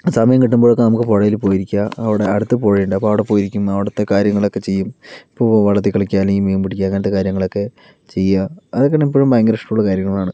സമയം കിട്ടുമ്പോഴൊക്കെ നമുക്ക് പുഴയിൽ പോയിരിക്കുക ഇവിടെ അടുത്ത് പുഴയുണ്ട് അപ്പൊ അവിടെ പോയിരിക്കും അവിടത്തെ കാര്യങ്ങളൊക്കെ ചെയ്യും ഇപ്പോൾ വെള്ളത്തിൽ കളിക്കുക അല്ലെങ്കിൽ മീൻ പിടിക്കുക അങ്ങനത്തെ കാര്യങ്ങളൊക്കെ ചെയ്യുക അതൊക്കെയാണ് ഇപ്പോഴും ഭയങ്കര ഇഷ്ടമുള്ള കാര്യങ്ങളാണ്